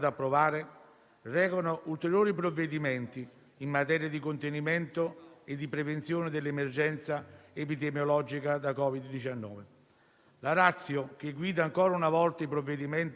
La *ratio* che guida ancora una volta i provvedimenti e i contenuti deriva sempre dalla necessità di arginare il più possibile la diffusione del virus e la risalita dell'indice dei contagi.